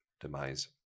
demise